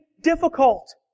difficult